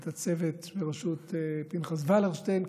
את הצוות בראשות פנחס ולרשטיין.